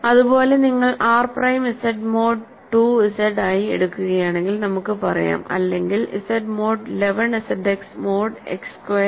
അതുപോലെ നിങ്ങൾ R prime Z mod 2 Z ആയി എടുക്കുകയാണെങ്കിൽ നമുക്ക് പറയാം അല്ലെങ്കിൽ Z mod 11 ZX mod X square